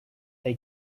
they